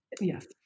yes